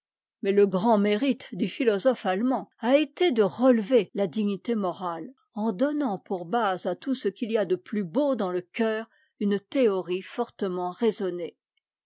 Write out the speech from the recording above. mais e grand mérite du philosophe allemand a été de relever la dignité morale en donnant pour base à tout ce qu'il y a de plus beau dans le coeur une théorie fortement raisonnée